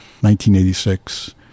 1986